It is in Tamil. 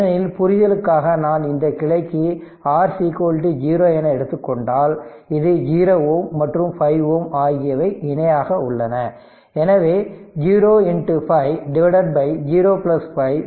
ஏனெனில் புரிதலுக்காக நான் இந்த கிளைக்கு R 0 என எடுத்துக் கொண்டால் இது 0 Ω மற்றும் 5 Ω ஆகியவை இணையாக உள்ளன எனவே 0 5 0 5 0